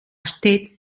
stets